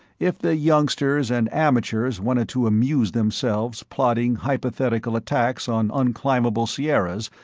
if the youngsters and amateurs wanted to amuse themselves plotting hypothetical attacks on unclimbable sierras,